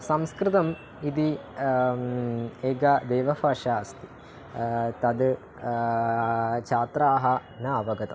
संस्कृतम् इति एका देवभाषा अस्ति तद् छात्राः न अवगताः